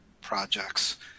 projects